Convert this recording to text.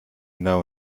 know